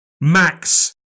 Max